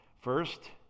First